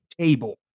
table